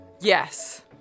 Yes